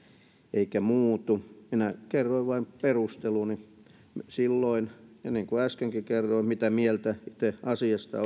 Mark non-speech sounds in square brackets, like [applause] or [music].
eikä muutu minä kerroin vain perusteluni silloin niin kuin äskenkin kerroin mitä mieltä itse asiasta [unintelligible]